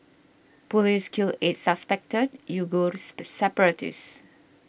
police kill eight suspected Uighur separatists